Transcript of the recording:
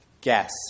guess